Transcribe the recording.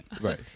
Right